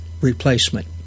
replacement